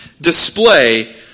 display